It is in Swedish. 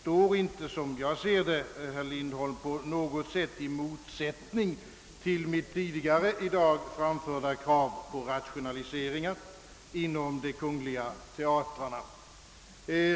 står inte, som jag ser det, herr Lindholm, på något sätt i motsats till mitt tidigare i dag framförda krav på rationaliseringar inom de kungliga teatrarna.